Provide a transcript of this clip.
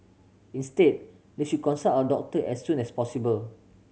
instead they should consult a doctor as soon as possible